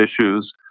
issues